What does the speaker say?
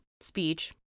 speech